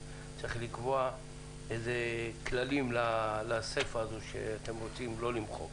מתבקש לקבוע כללים לסיפא שהוא מבקש שלא נמחק.